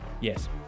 Yes